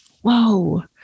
Whoa